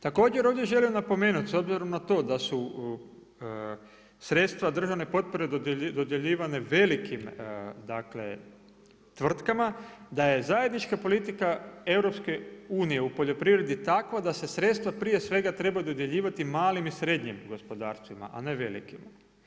Također ovdje želim napomenuti s obzirom na to da su sredstva državne potpore dodjeljivane velikim, dakle tvrtkama, da je zajednička politika EU u poljoprivredi takva da se sredstva prije svega trebaju dodjeljivati malim i srednjim gospodarstvima, a ne velikima.